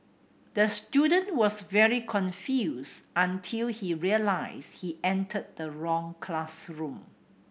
the student was very confused until he realised he entered the wrong classroom